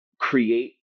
create